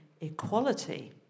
equality